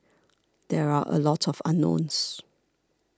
there are a lot of unknowns